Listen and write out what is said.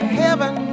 heaven